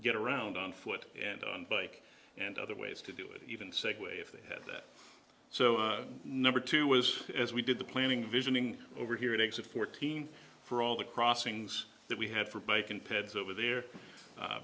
get around on foot and on bike and other ways to do it even segue if they have that so number two was as we did the planning visioning over here at exit fourteen for all the crossings that we had for bike and peds over there